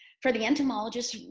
for the entomologists